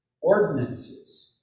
ordinances